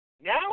Now